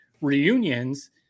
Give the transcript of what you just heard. reunions